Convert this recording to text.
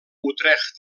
utrecht